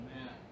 Amen